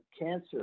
cancer